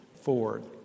Ford